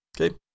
Okay